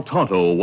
Tonto